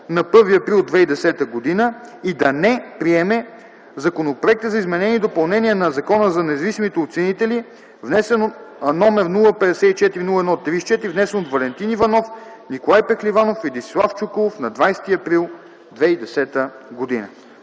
на 1 април 2010 г., и да не приеме Законопроекта за изменение и допълнение на Закона за независимите оценители, № 054-01-34, внесен от Валентин Иванов, Николай Пехливанов и Десислав Чуколов на 20 април 2010г.”